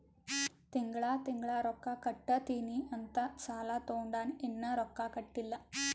ತಿಂಗಳಾ ತಿಂಗಳಾ ರೊಕ್ಕಾ ಕಟ್ಟತ್ತಿನಿ ಅಂತ್ ಸಾಲಾ ತೊಂಡಾನ, ಇನ್ನಾ ರೊಕ್ಕಾ ಕಟ್ಟಿಲ್ಲಾ